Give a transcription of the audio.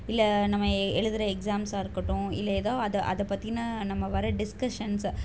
இல்லை நம்ம எ எழுதுற எக்சாம்ஸ்ஸாக இருக்கட்டும் இல்லை ஏதோ அதை அதை பற்றின நம்ம வர டிஸ்கஷன்ஸ்ஸு